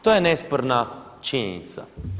To je nesporna činjenica.